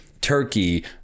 turkey